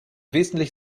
wesentlich